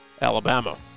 Alabama